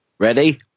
Ready